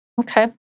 Okay